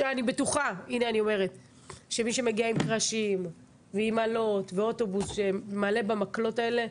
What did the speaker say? שאני בטוחה שמי שמגיע עם קרשים ועם אלות ואוטובוס שמעלה עם המקלות האלה,